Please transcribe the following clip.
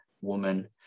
woman